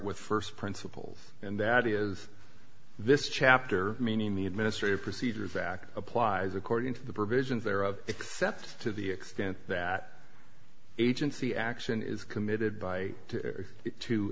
with first principles and that is this chapter meaning the administrative procedures act applies according to the provisions there are except to the the extent that agency action is committed by two